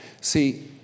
See